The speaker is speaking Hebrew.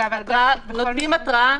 נותנים התראה,